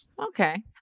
Okay